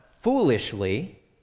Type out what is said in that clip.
foolishly